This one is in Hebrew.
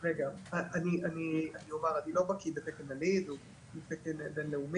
אני לא בקיא בתקן ה- LEEDהבינלאומי.